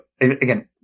again